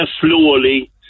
slowly